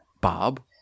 Bob